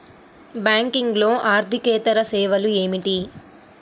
బ్యాంకింగ్లో అర్దికేతర సేవలు ఏమిటీ?